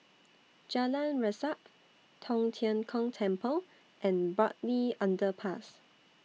Jalan Resak Tong Tien Kung Temple and Bartley Underpass